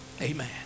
amen